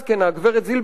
גברת זילברשטיין,